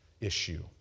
issue